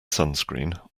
sunscreen